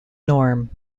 norm